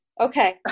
Okay